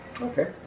Okay